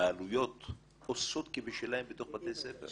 בעלויות עושות כבשלהן בתוך בתי הספר.